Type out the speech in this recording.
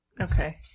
Okay